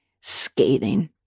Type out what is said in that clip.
scathing